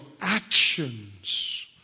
actions